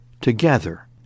together